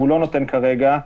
והוא לא נותן כרגע.